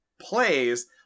plays